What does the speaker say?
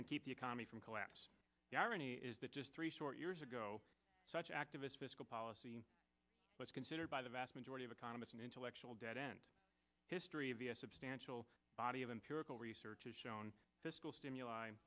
and keep the economy from collapse the irony is that just three short years ago such activists fiscal policy was considered by the vast majority of economists an intellectual dead end history of the a substantial body of empirical research has shown fiscal stimuli